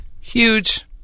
Huge